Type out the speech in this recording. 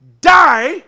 die